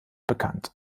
bekannt